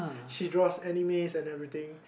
she draws animes and everything